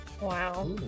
Wow